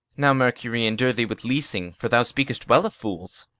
now mercury endue thee with leasing, for thou speak'st well of fools!